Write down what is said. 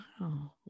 Wow